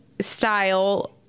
style